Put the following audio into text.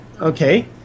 okay